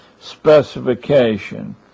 specification